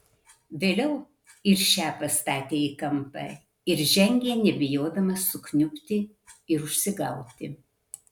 vėliau ir šią pastatė į kampą ir žengė nebijodama sukniubti ir užsigauti